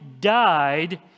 died